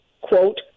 quote